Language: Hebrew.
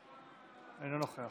אינו נוכח